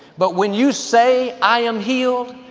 but when you say, i am healed,